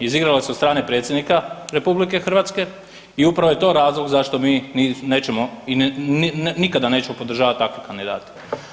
Izigrala se od strane predsjednika RH i upravo je to razlog zašto mi nećemo i nikada nećemo podržavati takve kandidate.